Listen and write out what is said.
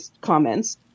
comments